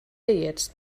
jetzt